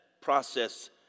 process